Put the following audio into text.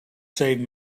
save